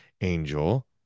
angel